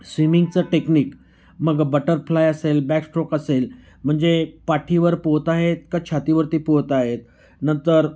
स्विमिंगचं technique मग butterfly असेल backstroke असेल म्हणजे पाठीवर पोहत आहेत का छातीवरती पोहत आहेत नंतर